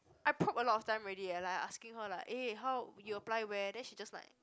I probe a lot of time already eh like I asking her like eh how you apply where then she just like